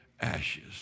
ashes